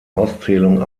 auszählung